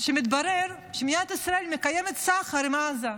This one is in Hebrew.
מתברר שמדינת ישראל מקיימת סחר עם עזה.